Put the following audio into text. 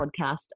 podcast